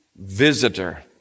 visitor